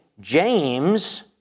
James